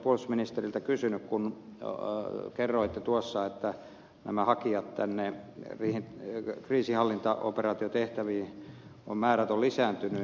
minä olisin puolustusministeriltä kysynyt kun kerroitte tuossa että nämä hakijamäärät kriisinhallintaoperaatiotehtäviin ovat lisääntyneet